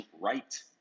right